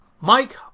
Mike